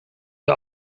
der